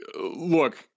look